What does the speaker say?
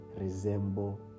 resemble